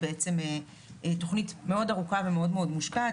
בעצם זו תכנית מאוד ארוכה ומאוד מאוד מושקעת,